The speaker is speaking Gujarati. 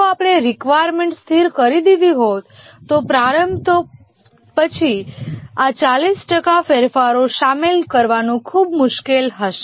જો આપણે રેકવાયર્મેન્ટ સ્થિર કરી દીધી હોત તો પ્રારંભ તો પછી આ 40 ટકા ફેરફારો શામેલ કરવું ખૂબ મુશ્કેલ હશે